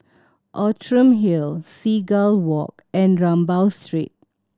Outram Hill Seagull Walk and Rambau Street